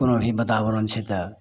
कोनो भी वातावरण छै तऽ